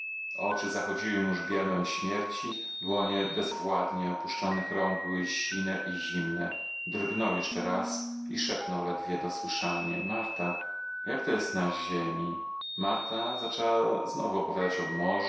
oczy zachodziły mu już bielmem śmierci dłonie bezwładnie opuszczonych rąk były sine i zimne drgnął jeszcze raz i szepnął ledwo dosłyszalnie marta jak to jest na ziemi marta zaczęła znów opowiadać o morzu